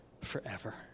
forever